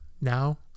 now